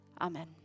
Amen